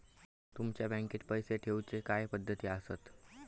तुमच्या बँकेत पैसे ठेऊचे काय पद्धती आसत?